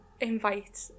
invite